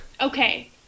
Okay